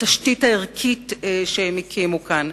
לתשתית הערכית שהם הקימו כאן,